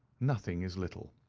nothing is little,